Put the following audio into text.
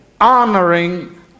honoring